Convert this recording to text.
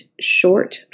short